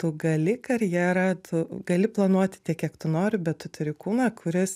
tu gali karjerą tu gali planuoti tiek kiek tu nori bet tu turi kūną kuris